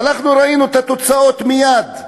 ואנחנו ראינו את התוצאות מייד,